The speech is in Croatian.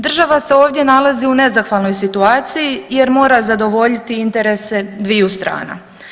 Država se ovdje nalazi u nezahvalnoj situaciji jer mora zadovoljiti interese dviju strana.